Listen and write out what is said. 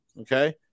okay